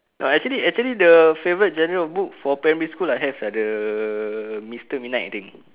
uh actually actually the favourite genre of book for primary school I have mister midnight I think